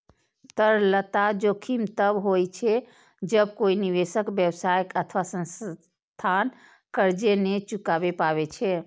तरलता जोखिम तब होइ छै, जब कोइ निवेशक, व्यवसाय अथवा संस्थान कर्ज नै चुका पाबै छै